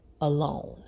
alone